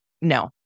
no